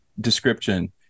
description